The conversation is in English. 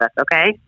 okay